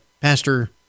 Pastor